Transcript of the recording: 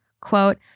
Quote